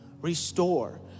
restore